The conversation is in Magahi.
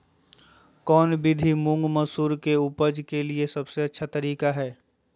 कौन विधि मुंग, मसूर के उपज के लिए सबसे अच्छा तरीका है?